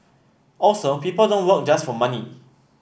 also people don't work just for money